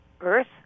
Earth